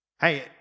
Hey